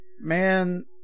man